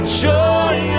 joy